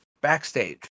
backstage